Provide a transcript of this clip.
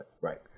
right